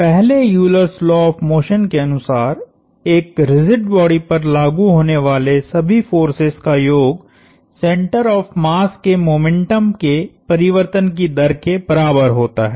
और पहले Euler's law of motion के अनुसार एक रिजिड बॉडी पर लागु होने वाले सभी फोर्सेस का योग सेंटर ऑफ़ मास के मोमेंटम के परिवर्तन की दर के बराबर होता है